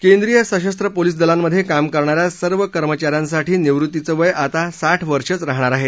केंद्रीय सशस्त्र पोलीस दलांमधे काम करणा या सर्व कर्मचा यांसाठी निवृत्तीचं वय आता साठ वर्षच राहणार आहे